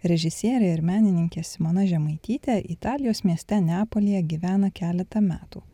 režisierė ir menininkė simona žemaitytė italijos mieste neapolyje gyvena keletą metų